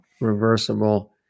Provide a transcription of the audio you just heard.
reversible